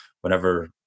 whenever